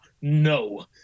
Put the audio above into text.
no